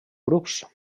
grups